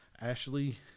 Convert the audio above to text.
Ashley